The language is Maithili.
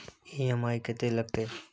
ई.एम.आई कत्ते लगतै?